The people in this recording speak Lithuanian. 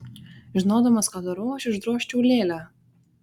žinodamas ką darau aš išdrožčiau lėlę